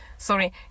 Sorry